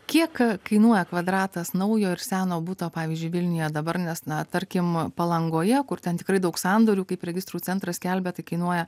kiek a kainuoja kvadratas naujo ir seno buto pavyzdžiui vilniuje dabar nes na tarkim palangoje kur ten tikrai daug sandorių kaip registrų centras skelbia tai kainuoja